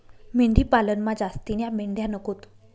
मेंढी पालनमा जास्तीन्या मेंढ्या नकोत